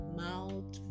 mouth